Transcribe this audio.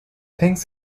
thinks